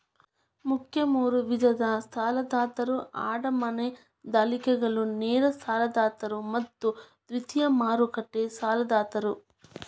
ಮುಖ್ಯ ಮೂರು ವಿಧದ ಸಾಲದಾತರು ಅಡಮಾನ ದಲ್ಲಾಳಿಗಳು, ನೇರ ಸಾಲದಾತರು ಮತ್ತು ದ್ವಿತೇಯ ಮಾರುಕಟ್ಟೆ ಸಾಲದಾತರು